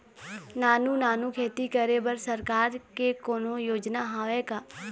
नानू नानू खेती करे बर सरकार के कोन्हो योजना हावे का?